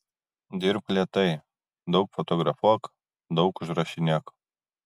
dirbk lėtai daug fotografuok daug užrašinėk